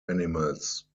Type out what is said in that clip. animals